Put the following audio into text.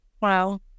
Wow